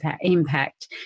impact